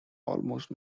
almost